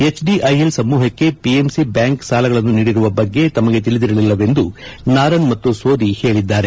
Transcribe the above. HDIL ಸಮೂಹಕ್ಕೆ PMC bank ಸಾಲಗಳನ್ನು ನೀಡಿರುವ ಬಗ್ಗೆ ತಮಗೆ ತಿಳಿದಿರಲಿಲ್ಲವೆಂದು ನಾರನ್ ಮತ್ತು ಸೋದಿ ಹೇಳಿದ್ದಾರೆ